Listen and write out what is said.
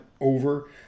over